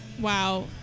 Wow